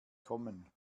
kommen